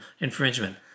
infringement